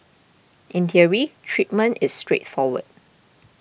in theory treatment is straightforward